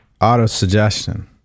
auto-suggestion